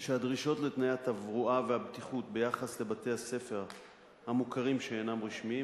שהדרישות לתנאי התברואה והבטיחות ביחס לבתי-הספר המוכרים שאינם רשמיים,